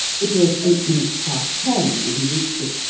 it was eight minutes past ten when he reached it,